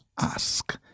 ask